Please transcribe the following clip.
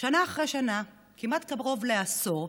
שנה אחרי שנה, כמעט, קרוב לעשור,